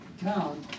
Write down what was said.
town